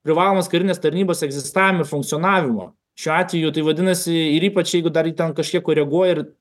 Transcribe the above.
privalomos karinės tarnybos egzistavimo ir funkcionavimo šiuo atveju tai vadinasi ir ypač jeigu dar ten kažkiek koreguoja ir